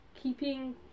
keeping